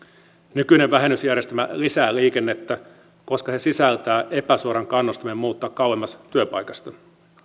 nykyinen vähennysjärjestelmä lisää liikennettä koska se sisältää epäsuoran kannustimen muuttaa kauemmas työpaikasta